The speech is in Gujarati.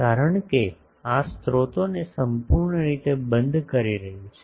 કારણ કે આ સ્રોતોને સંપૂર્ણ રીતે બંધ કરી રહ્યું છે